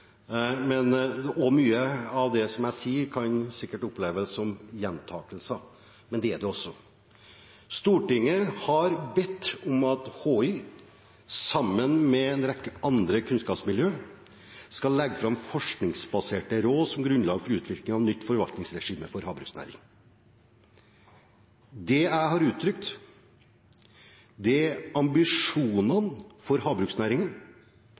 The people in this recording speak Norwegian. og mye av det som jeg sier, kan sikkert oppleves som gjentakelser – men det er det også. Stortinget har bedt om at Havforskningsinstituttet, HI, sammen med en rekke andre kunnskapsmiljøer, skal legge fram forskningsbaserte råd som grunnlag for utvikling av nytt forvaltningsregime for havbruksnæringen. Da jeg uttrykte meg om ambisjonene for havbruksnæringen